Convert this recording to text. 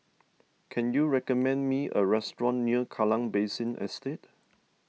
can you recommend me a restaurant near Kallang Basin Estate